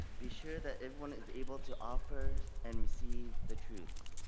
be sure that everyone is able to offer and receive the truths.